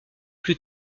plus